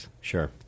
sure